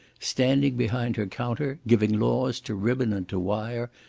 standing behind her counter, giving laws to ribbon and to wire,